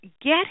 get